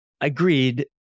agreed